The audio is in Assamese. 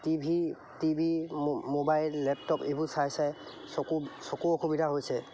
টিভি টিভি মো মোবাইল লেপটপ এইবোৰ চাই চাই চকু চকু অসুবিধা হৈছে